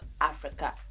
Africa